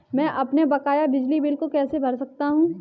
मैं अपने बकाया बिजली बिल को कैसे भर सकता हूँ?